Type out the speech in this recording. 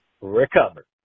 recover